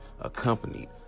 accompanied